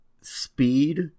speed